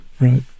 Right